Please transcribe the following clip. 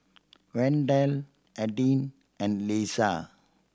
Wendel Adin and Leesa